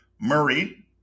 Murray